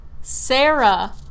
Sarah